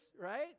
right